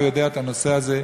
יודע את הנושא הזה,